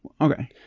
Okay